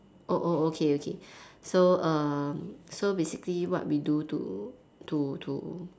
oh oh okay okay so err so basically what we do to to to